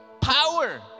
Power